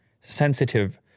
sensitive